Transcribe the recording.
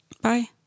Bye